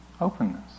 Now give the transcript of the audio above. openness